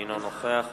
אינו נוכח